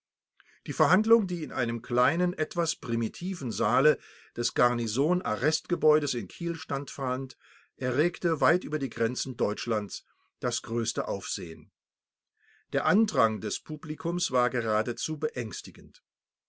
die verhandlung die in einem kleinen etwas primitiven saale des garnison arrestgebäudes in kiel stattfand erregte weit über die grenzen deutschlands das größte aufsehen der andrang des publikums war geradezu beängstigend